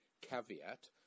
caveat